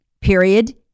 period